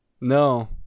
No